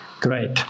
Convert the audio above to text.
great